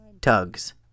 tugs